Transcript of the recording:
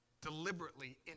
deliberately